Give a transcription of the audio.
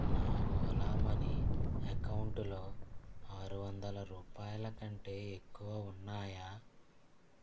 నా ఓలా మనీ అకౌంటులో ఆరు వందల రూపాయల కంటే ఎక్కువ ఉన్నాయా